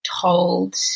told